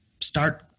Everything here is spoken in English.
start